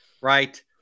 right